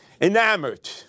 enamored